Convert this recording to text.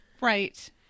Right